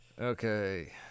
Okay